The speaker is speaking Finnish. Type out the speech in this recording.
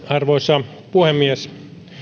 arvoisa puhemies